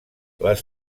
les